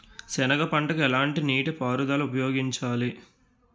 సెనగ పంటకు ఎలాంటి నీటిపారుదల ఉపయోగించాలి?